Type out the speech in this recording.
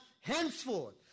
Henceforth